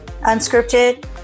unscripted